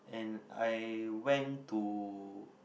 and I went to